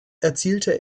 erzielte